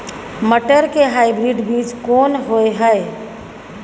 मटर के हाइब्रिड बीज कोन होय है?